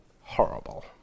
horrible